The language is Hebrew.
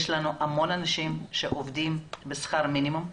יש לנו המון אנשים שעובדים בשכר מינימום.